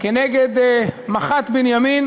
כנגד מח"ט בנימין,